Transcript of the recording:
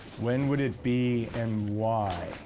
when would it be and why?